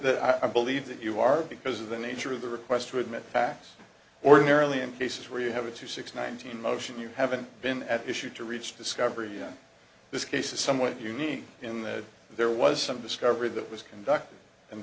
that i believe that you are because of the nature of the request to admit facts ordinarily in cases where you have a two six nineteen motion you haven't been at issue to reach discovery yet this case is somewhat unique in that there was some discovered that was conducted